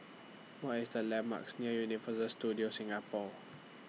What IS The landmarks near Universal Studios Singapore